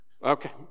okay